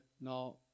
now